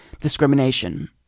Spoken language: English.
discrimination